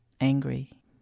angry